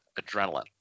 adrenaline